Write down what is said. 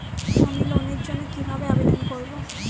আমি লোনের জন্য কিভাবে আবেদন করব?